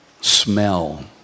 smell